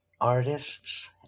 artists